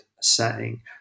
setting